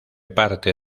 parte